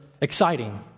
exciting